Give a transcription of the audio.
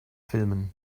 filmen